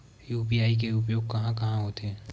UPI के उपयोग कहां कहा होथे?